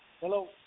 Hello